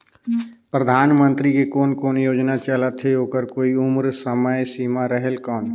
परधानमंतरी के कोन कोन योजना चलत हे ओकर कोई उम्र समय सीमा रेहेल कौन?